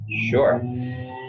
Sure